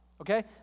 Okay